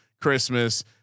Christmas